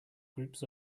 groups